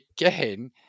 Again